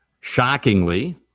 shockingly